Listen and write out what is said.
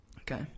Okay